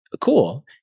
Cool